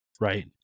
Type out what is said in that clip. Right